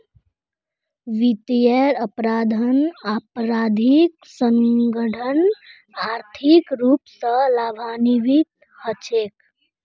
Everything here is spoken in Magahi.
वित्तीयेर अपराधत आपराधिक संगठनत आर्थिक रूप स लाभान्वित हछेक